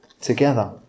together